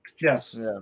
yes